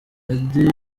eddie